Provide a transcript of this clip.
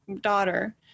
daughter